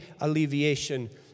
alleviation